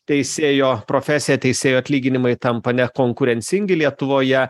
teisėjo profesija teisėjų atlyginimai tampa nekonkurencingi lietuvoje